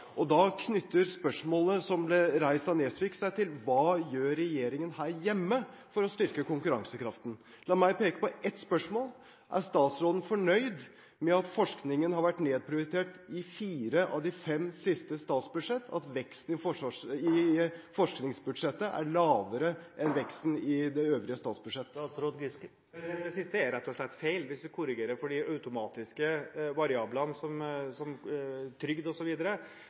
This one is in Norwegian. Da knytter spørsmålet som ble reist av Nesvik seg til hva regjeringen gjør her hjemme for å styrke konkurransekraften. La meg peke på ett spørsmål: Er statsråden fornøyd med at forskningen har vært nedprioritert i fire av de fem siste statsbudsjett, at veksten i forskningsbudsjettet er lavere enn veksten i det øvrige statsbudsjett? Det siste er rett og slett feil. Hvis du korrigerer for de automatiske variablene som trygd osv., har faktisk forskningsbudsjettet – tror jeg – tre ganger så sterk vekst som